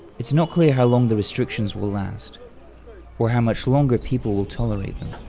it's not clear how long the restrictions will last or how much longer people will tolerate